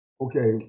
okay